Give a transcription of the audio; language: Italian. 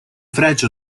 fregio